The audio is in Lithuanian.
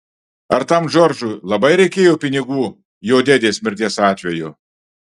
ar tam džordžui labai reikėjo pinigų jo dėdės mirties atveju